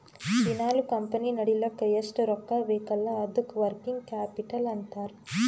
ದಿನಾಲೂ ಕಂಪನಿ ನಡಿಲ್ಲಕ್ ಎಷ್ಟ ರೊಕ್ಕಾ ಬೇಕ್ ಅಲ್ಲಾ ಅದ್ದುಕ ವರ್ಕಿಂಗ್ ಕ್ಯಾಪಿಟಲ್ ಅಂತಾರ್